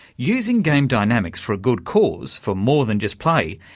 using game dynamics for a good cause, for more than just play,